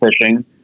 fishing